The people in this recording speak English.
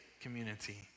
community